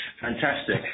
Fantastic